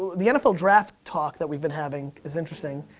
the nfl draft talk that we've been having is interesting,